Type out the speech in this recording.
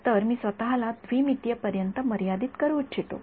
तर मी स्वत ला द्विमितीय पर्यंत मर्यादित करू इच्छितो